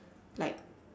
like